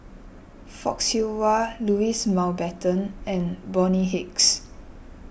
Fock Siew Wah Louis Mountbatten and Bonny Hicks